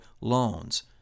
loans